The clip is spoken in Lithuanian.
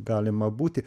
galima būti